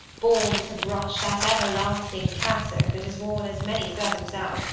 born to brush that everlasting cassock that has worn as many servants out,